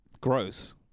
Gross